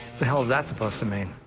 the hell is that supposed to mean?